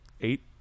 eight